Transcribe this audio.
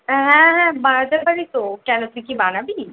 হ্যাঁ হ্যাঁ বানাতে পারি তো কেন তুই কি বানাবি